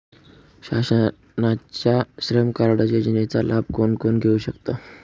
शासनाच्या श्रम कार्ड योजनेचा लाभ कोण कोण घेऊ शकतो?